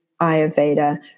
Ayurveda